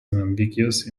unambiguous